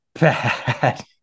bad